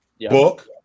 Book